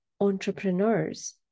entrepreneurs